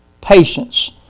patience